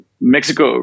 Mexico